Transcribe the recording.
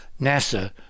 NASA